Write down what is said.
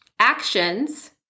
Actions